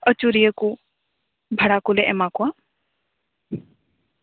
ᱟᱹᱪᱩᱨᱤᱭᱟᱹ ᱠᱚ ᱵᱷᱟᱲᱟ ᱠᱚᱞᱮ ᱮᱢᱟ ᱠᱚᱣᱟ